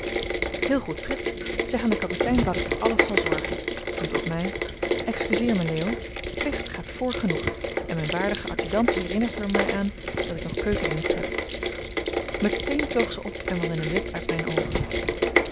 heel goed frits zeg aan den kapitein dat ik voor alles zal zorgen toen tot mij excuseer mij leo plicht gaat vr genoegen en mijn waardige adjudant herinnert er mij aan dat ik nog keukendienst heb meteen vloog zij op en was in een wip uit mijne oogen